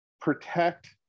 protect